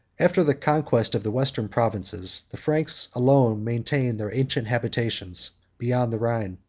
after the conquest of the western provinces, the franks alone maintained their ancient habitations beyond the rhine.